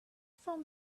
from